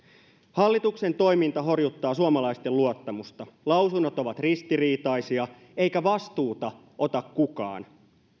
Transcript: hallituksen toiminta horjuttaa suomalaisten luottamusta lausunnot ovat ristiriitaisia eikä vastuuta ota kukaan